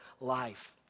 life